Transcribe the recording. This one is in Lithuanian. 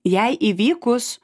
jai įvykus